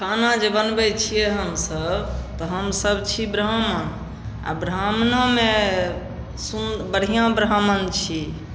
खाना जे बनबै छियै हमसभ तऽ हमसभ छी ब्राह्मण आ ब्राह्मणोमे सुन् बढ़िआँ ब्राह्मण छी